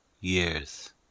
years